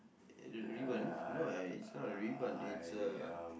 uh ribbon no ah it's not a ribbon it's a